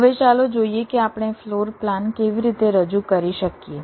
હવે ચાલો જોઈએ કે આપણે ફ્લોર પ્લાન કેવી રીતે રજૂ કરી શકીએ